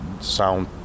sound